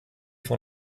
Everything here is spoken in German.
von